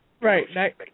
Right